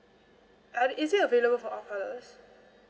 uh is it available for all colours